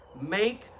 make